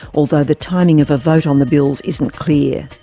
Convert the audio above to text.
although the timing of a vote on the bills isn't clear.